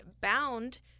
bound